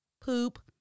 poop